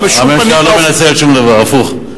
הממשלה לא מנצלת שום דבר, הפוך.